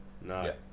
No